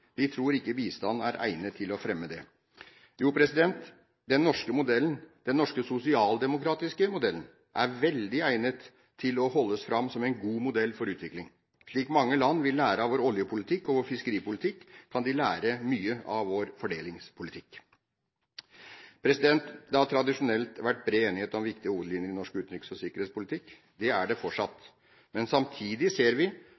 tror ikke bistand er egnet til å fremme det. Jo, den norske modellen, den norske sosialdemokratiske modellen, er veldig egnet til å holdes fram som en god modell for utvikling. Slik mange land vil lære av vår oljepolitikk og vår fiskeripolitikk, kan de lære mye av vår fordelingspolitikk. Det har tradisjonelt vært bred enighet om viktige hovedlinjer i norsk utenriks- og sikkerhetspolitikk. Det er det fortsatt. Men samtidig ser vi